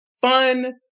fun